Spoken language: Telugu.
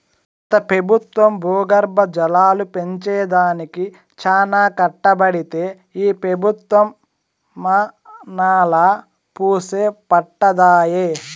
గత పెబుత్వం భూగర్భ జలాలు పెంచే దానికి చానా కట్టబడితే ఈ పెబుత్వం మనాలా వూసే పట్టదాయె